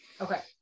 okay